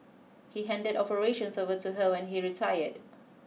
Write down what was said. he handed operations over to her when he retired